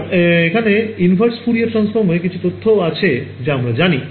আর এখানে inverse Fourier transformএর কিছু তথ্য আছে যা আমরা জানি